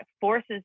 forces